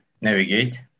navigate